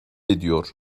ediyor